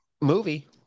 movie